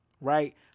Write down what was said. right